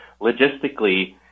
logistically